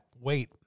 wait